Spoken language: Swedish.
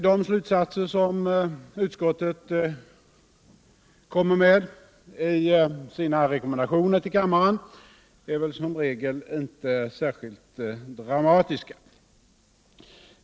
De slutsatser som utskottet kommer med i sina rekommendationer till kammaren är väl som regel inte särskilt drastiska.